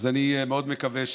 אני מאוד מקווה,